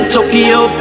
Tokyo